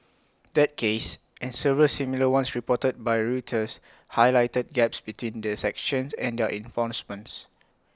that case and several similar ones reported by Reuters Highlighted Gaps between the sanctions and their enforcements